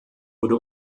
wurde